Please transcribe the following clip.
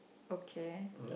okay